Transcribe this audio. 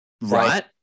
right